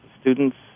students